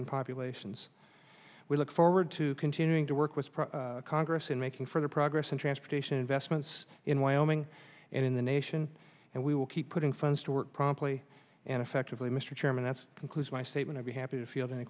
and populations we look forward to continuing to work with congress in making further progress in transportation investments in wyoming and in the nation and we will keep putting funds to work promptly and effectively mr chairman that's concludes my statement i'll be happy to field any